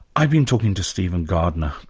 i've been talking to stephen gardiner,